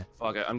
fall guys? um